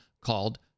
called